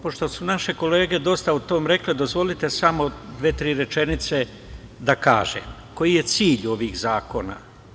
Pošto su naše kolege dosta o tome rekli, dozvolite da kažem samo dve, tri rečenice da kažem koji je cilj ovih zakona.